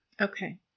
Okay